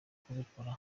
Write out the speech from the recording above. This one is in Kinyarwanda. kubikora